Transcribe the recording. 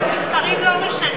אה, המספרים לא משנים.